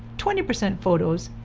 twenty percent photos,